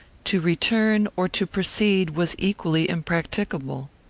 to return or to proceed was equally impracticable.